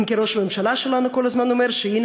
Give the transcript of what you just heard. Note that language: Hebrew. אם כי ראש הממשלה שלנו כל הזמן אומר שהנה,